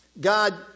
God